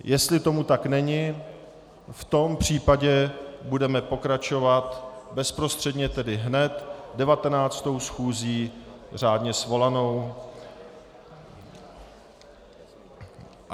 Jestli tomu tak není, v tom případě budeme pokračovat bezprostředně, tedy hned 19. schůzí řádně svolanou.